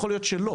יכול להיות שלא.